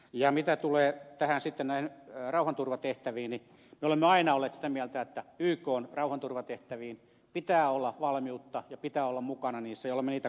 ja mitä tulee sitten näihin rauhanturvatehtäviin niin me olemme aina olleet sitä mieltä että ykn rauhanturvatehtäviin pitää olla valmiutta ja pitää olla mukana niissä ja olemme niitä kannattaneetkin